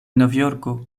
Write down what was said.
novjorko